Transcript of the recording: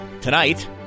tonight